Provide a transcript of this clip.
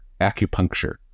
acupuncture